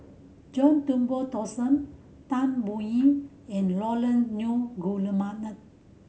John Turnbull Thomson Tan Biyun and Nunn